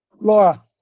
Laura